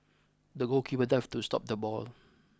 the goalkeeper dived to stop the ball